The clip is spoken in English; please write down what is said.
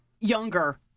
younger